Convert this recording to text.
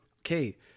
Okay